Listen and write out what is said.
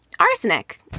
Arsenic